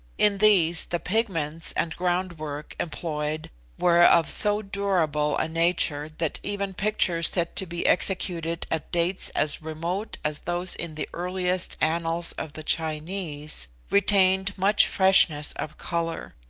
in these the pigments and groundwork employed were of so durable a nature that even pictures said to be executed at dates as remote as those in the earliest annals of the chinese, retained much freshness of colour.